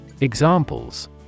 Examples